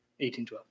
1812